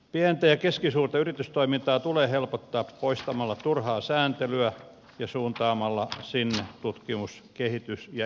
pientä ja keskisuurta yritystoimintaa tulee helpottaa poistamalla turhaa sääntelyä ja suuntaamalla sinne tutkimus kehitys ja innovaatiorahoitusta